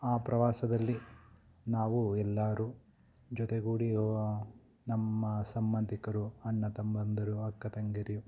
ಆ ಪ್ರವಾಸದಲ್ಲಿ ನಾವು ಎಲ್ಲರೂ ಜೊತೆಗೂಡಿಯುವ ನಮ್ಮ ಸಂಬಂಧಿಕರು ಅಣ್ಣ ತಮ್ಮಂದಿರು ಅಕ್ಕ ತಂಗಿರು